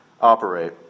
operate